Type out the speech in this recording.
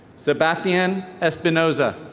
sabathian espinoza.